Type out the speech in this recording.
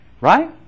Right